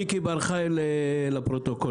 צביקי בר חי, לפרוטוקול.